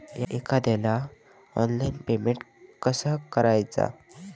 एखाद्याला online payment कसा करायचा?